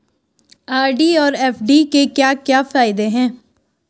RD और FD के क्या क्या फायदे हैं?